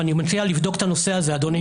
אני מציע לבדוק את הנושא הזה, אדוני.